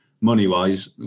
Money-wise